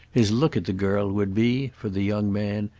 his look at the girl would be, for the young man,